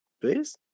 Please